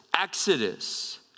Exodus